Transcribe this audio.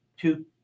two